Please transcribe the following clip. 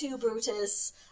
Brutus